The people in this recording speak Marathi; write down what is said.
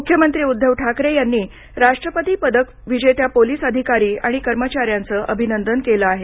मुख्यमंत्री उद्धव ठाकरे यांनी राष्ट्रपती पदक विजेत्या पोलीस अधिकारी आणि कर्मचाऱ्यांच अभिनंदन केलं आहे